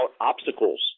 obstacles